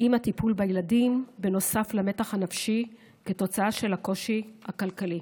עם הטיפול בילדים נוסף למתח הנפשי כתוצאה של הקושי הכלכלי.